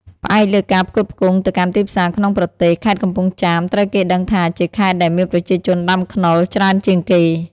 ផ្អែកលើការផ្គត់ផ្គង់ទៅកាន់ទីផ្សារក្នុងប្រទេស ខេត្តកំពង់ចាម ត្រូវគេដឹងថា ជាខេត្តដែលមានប្រជាជនដាំខ្នុរច្រើនជាងគេ។